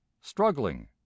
struggling